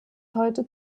heute